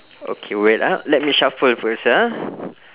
okay wait ah let me shuffle first ah